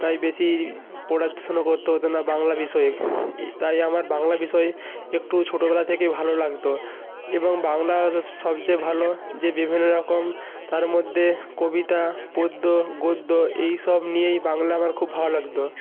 তাই বেশি পড়াশুনো করতে হতো না বাংলা বিষয়ে তাই আমার বাংলা বিষয়ে একটু ছোটোবেলা থেকেই ভালো লাগত এবং বাংলার সবচেয়ে ভালো যে বিভিন্ন রকম তার মধ্যে কবিতা পদ্য গদ্য এই সব নিয়েই বাংলা আমার খুব ভালো লাগত